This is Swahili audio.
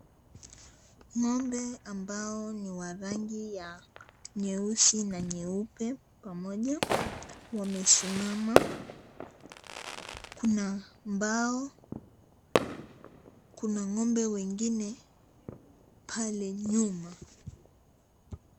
Ng'ombe ambao ni wa rangi ya nyeusi na nyeupe pamoja. Wamesimama, kuna mbao, kuna ng'ombe wengine pale nyuma.